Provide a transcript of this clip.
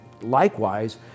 likewise